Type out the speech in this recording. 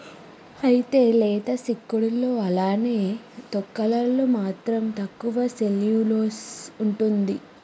అయితే లేత సిక్కుడులో అలానే తొక్కలలో మాత్రం తక్కువ సెల్యులోస్ ఉంటుంది